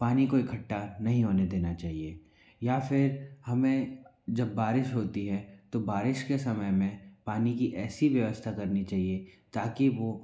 पानी को इकट्टा नहीं होने देना चाहिए या फिर हमें जब बारिश होती है तो बारिश के समय में पानी की ऐसी व्यवस्था करनी चाहिए ताकि वो